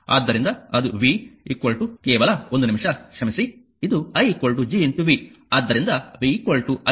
ಆದ್ದರಿಂದ ಅದು v ಕೇವಲ 1 ನಿಮಿಷ ಕ್ಷಮಿಸಿ ಇದು i G v ಆದ್ದರಿಂದ v i G